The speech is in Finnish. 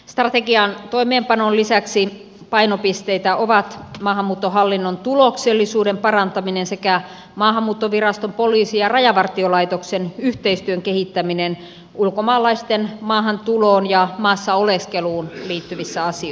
strategian toimeenpanon lisäksi painopisteitä ovat maahanmuuttohallinnon tuloksellisuuden parantaminen sekä maahanmuuttoviraston poliisin ja rajavartiolaitoksen yhteistyön kehittäminen ulkomaalaisten maahantuloon ja maassa oleskeluun liittyvissä asioissa